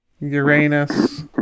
Uranus